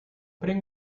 putting